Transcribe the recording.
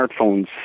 smartphones